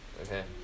Okay